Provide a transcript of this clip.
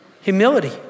Humility